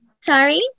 Sorry